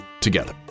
together